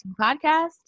Podcast